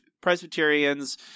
Presbyterians